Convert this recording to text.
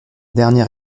dernier